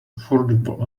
affordable